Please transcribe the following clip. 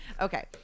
Okay